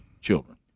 children